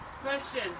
Question